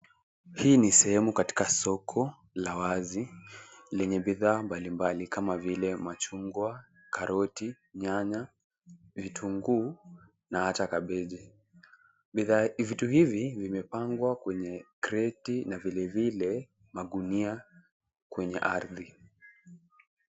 Hii ni sehemu katika soko la wazi lenye bidhaa mbalimbali kama vile machungwa, karoti, nyanya, vitunguu na hata kabeji. Vitu hivi vimepangwa kwenye kreti na vile vile magunia kwenye ardhi.